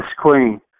queen